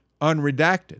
unredacted